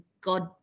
God